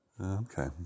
okay